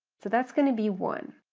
so that's going to be one.